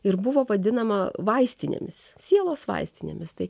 ir buvo vadinama vaistinėmis sielos vaistinėmis tai